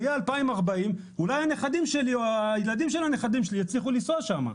זה יהיה 2040. אולי הנכדים או הילדים של הנכדים שלי יצליחו לנסוע לשם.